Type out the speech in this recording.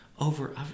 over